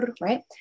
Right